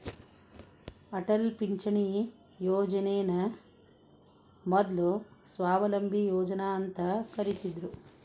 ಅಟಲ್ ಪಿಂಚಣಿ ಯೋಜನನ ಮೊದ್ಲು ಸ್ವಾವಲಂಬಿ ಯೋಜನಾ ಅಂತ ಕರಿತ್ತಿದ್ರು